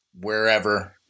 wherever